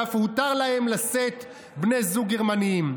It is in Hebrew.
ואף הותר להם לשאת בני זוג גרמנים.